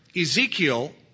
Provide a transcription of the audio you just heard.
Ezekiel